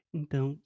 então